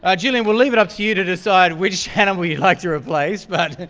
ah gillian we'll leave it up to you to decide which animal you'd like to replace, but,